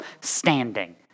standing